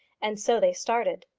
and so they started.